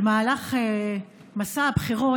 במהלך מסע הבחירות,